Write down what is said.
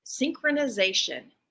synchronization